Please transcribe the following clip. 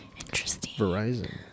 Verizon